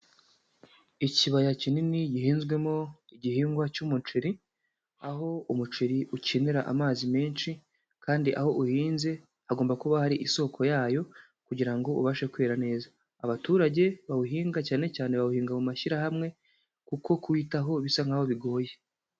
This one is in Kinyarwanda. Ikibaya kinini gihinzwemo igihingwa cy'umuceri, aho umuceri ukenera amazi menshi, kandi aho uhinze hagomba kuba hari isoko yayo kugira ngo ubashe kwera neza. Abaturage bawuhinga cyane cyane bawuhinga mu mashyirahamwe, kuko kuwitaho bisa nkaho bigoye.